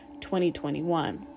2021